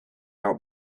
out